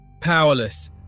powerless